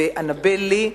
ו"אנאבל לי".